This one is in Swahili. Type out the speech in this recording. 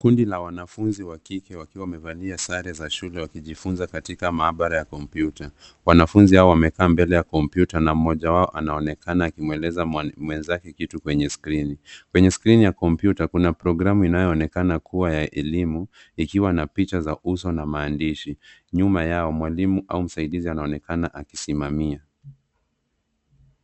Kundi la wanafunzi wa kike wakiwa wamevalia sare za shule wakijifunza katika maabara ya kompyuta. Wanafunzi hawa wamekaa mbele ya kompyuta na mmoja wao anaonekana akimweleza mwenzake kitu kwenye skrini. Kwenye skrini ya kompyuta kuna programu inayoonekana kuwa ya elimu, ikiwa na picha za uso na maandishi. Nyuma yao, mwalimu au msaidizi anaonekana akisimamia.